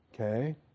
okay